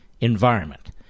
environment